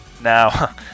Now